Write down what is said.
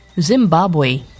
Zimbabwe